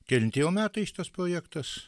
kelinti jau metai šitas projektas